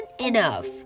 enough